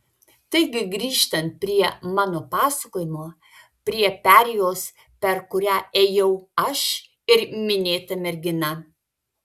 taigi grįžtant prie mano pasakojimo prie perėjos per kurią ėjau aš ir minėta mergina